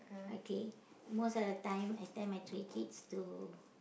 okay most of the time I tell my three kids to